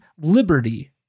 liberty